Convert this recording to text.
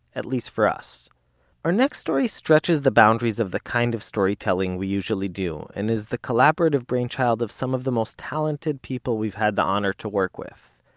at least for us our next story stretches the boundaries of the kind of storytelling we usually do, and is the collaborative brainchild of some of the most talented people we've had the honor to work with.